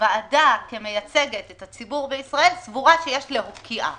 שהוועדה כמייצגת את הציבור בישראל סבורה שיש להוקיעה.